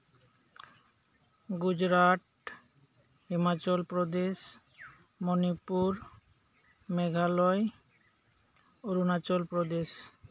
Gujarat Himachal Pradesh Manipur Meghalaya Arunachal Pradesh